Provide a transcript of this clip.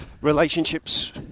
Relationships